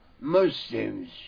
Muslims